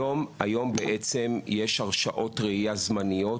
היום יש הרשאות רעייה זמניות,